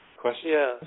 question